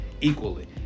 equally